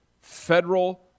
federal